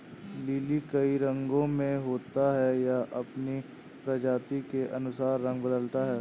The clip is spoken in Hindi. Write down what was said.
लिली कई रंगो में होता है, यह अपनी प्रजाति के अनुसार रंग बदलता है